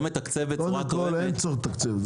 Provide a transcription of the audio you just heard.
קודם כול, אין צורך לתקצב.